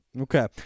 okay